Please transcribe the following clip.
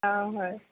অঁ হয়